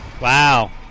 Wow